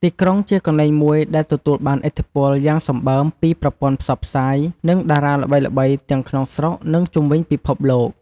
ទីក្រុងជាកន្លែងមួយ ដែលទទួលបានឥទ្ធិពលយ៉ាងសម្បើមពីប្រព័ន្ធផ្សព្វផ្សាយ និង តារាល្បីៗទាំងក្នុងស្រុក និងជុំវិញពិភពលោក។